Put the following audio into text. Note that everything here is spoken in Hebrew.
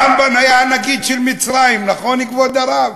הרמב"ם היה הנגיד של מצרים, נכון, כבוד הרב?